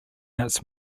its